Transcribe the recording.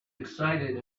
excited